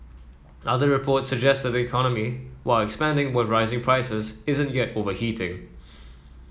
other reports suggest the economy while expanding with rising prices isn't yet overheating